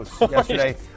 yesterday